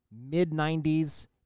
mid-90s